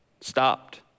stopped